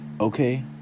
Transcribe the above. Okay